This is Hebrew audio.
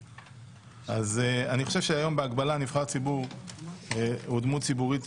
אז אני חושב שהיום בהקבלה נבחר ציבור הוא דמות ציבורית